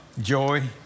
joy